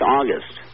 August